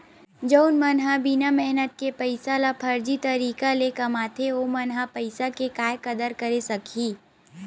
जउन मन ह बिना मेहनत के पइसा ल फरजी तरीका ले कमाथे ओमन ह पइसा के काय कदर करे सकही